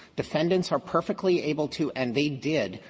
defendants are perfectly able to, and they did,